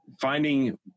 finding